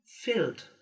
filled